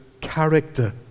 character